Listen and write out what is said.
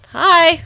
hi